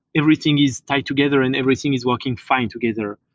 everything is tied together and everything is working fine together.